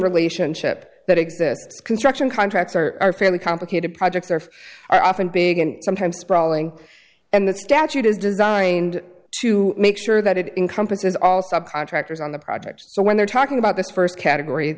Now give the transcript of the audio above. relationship that exists construction contracts are fairly complicated projects are often big and sometimes sprawling and the statute is designed to make sure that it encompasses all subcontractors on the project so when they're talking about this first category